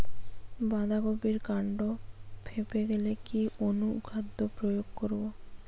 বাঁধা কপির কান্ড ফেঁপে গেলে কি অনুখাদ্য প্রয়োগ করব?